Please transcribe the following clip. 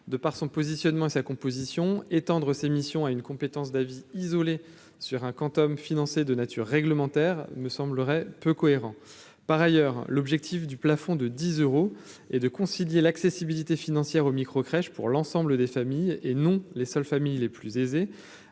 de par son positionnement et sa composition étendre ses missions à une compétence d'avis isolé sur un Quantum financée de nature réglementaire me semblerait peu cohérent, par ailleurs, l'objectif du plafond de 10 euros et de concilier l'accessibilité financière au micro-crèche pour l'ensemble des familles et non les seules familles les plus aisées